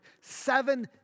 Seven